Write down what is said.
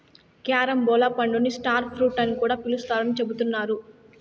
carambola పండుని star fruit అని కూడా పిలుత్తారని చెబుతున్నారు